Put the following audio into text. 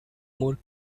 more